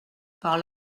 par